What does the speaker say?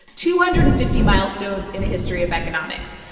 two hundred and fifty milestones in the history of economics.